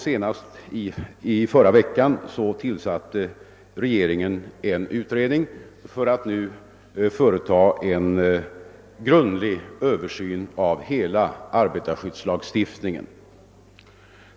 Senast förra veckan tillsatte regeringen en utredning för att nu företa en grundlig översyn av hela arbetarskyddslagstiftningen.